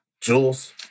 Jules